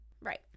Right